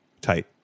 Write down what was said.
tight